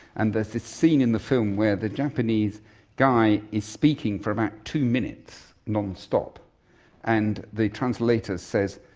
and there's this scene in the film where the japanese guy is speaking for about two minutes non-stop and the translator says,